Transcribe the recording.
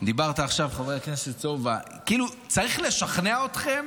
דיברת עכשיו, חבר הכנסת סובה, צריך לשכנע אתכם